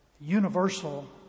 universal